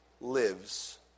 lives